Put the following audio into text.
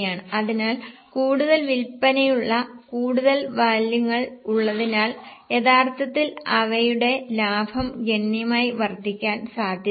അതിനാൽ കൂടുതൽ വിൽപ്പനയുള്ള കൂടുതൽ വാല്യങ്ങൾ ഉള്ളതിനാൽ യഥാർത്ഥത്തിൽ അവരുടെ ലാഭം ഗണ്യമായി വർദ്ധിക്കാൻ സാധ്യതയുണ്ട്